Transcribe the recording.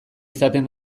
izaten